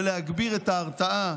ולהגביר את ההרתעה